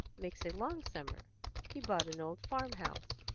makes a long summer he bought an old farm-house,